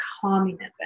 communism